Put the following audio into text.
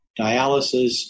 dialysis